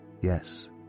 Yes